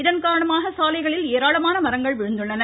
இதன்காரணமாக சாலைகளில் ஏராளமான மரங்கள் விழுந்துள்ளன